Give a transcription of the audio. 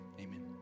amen